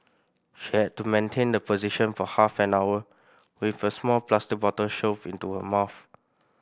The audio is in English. she had to maintain the position for half an hour with a small plastic bottle shoved into her mouth